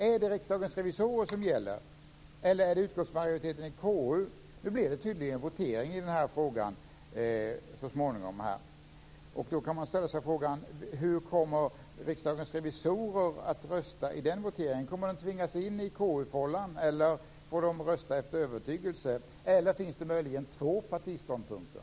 Är det Riksdagens revisorer som gäller, eller är det utskottsmajoriteten i KU? Nu blir det tydligen votering i den här frågan så småningom. Då kan man ställa sig frågan: Hur kommer ledamöterna från Riksdagens revisorer att rösta i den voteringen? Kommer de att tvingas in i KU fållan, eller får de rösta efter övertygelse? Eller finns det möjligen två partiståndpunkter?